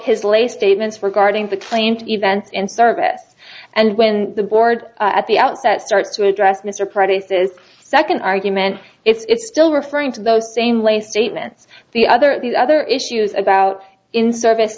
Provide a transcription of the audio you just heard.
his late statements regarding the claim to events in service and when the board at the outset starts to address mr price's second argument it's still referring to those same way statements the other the other issues about in service